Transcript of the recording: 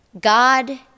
God